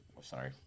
sorry